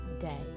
day